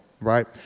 Right